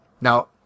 now